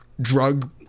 drug